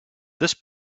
this